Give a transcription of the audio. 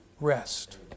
Rest